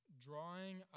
drawing